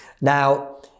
Now